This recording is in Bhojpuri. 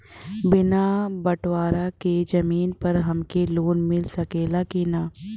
बिना बटवारा के जमीन पर हमके लोन मिल सकेला की ना?